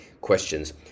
questions